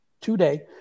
today